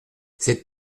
cette